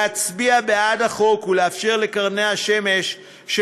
להצביע בעד החוק ולאפשר לקרני השמש של